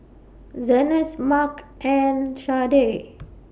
Zenas Marc and Sharde